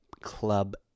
club